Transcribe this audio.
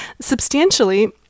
Substantially